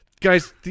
Guys